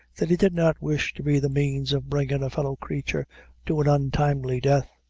that he did not wish to be the means of bringin' a fellow-creature to an untimely death,